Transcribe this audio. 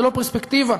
ללא פרספקטיבה.